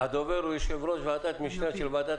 הדובר הוא יושב-ראש ועדת משנה של ועדת